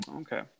Okay